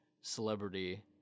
celebrity